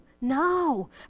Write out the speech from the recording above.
No